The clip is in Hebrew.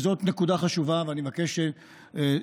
זאת נקודה חשובה ואני מבקש שתסכיתו,